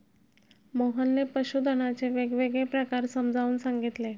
मोहनने पशुधनाचे वेगवेगळे प्रकार समजावून सांगितले